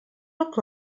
look